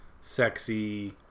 sexy